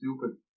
stupid